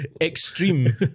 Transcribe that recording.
extreme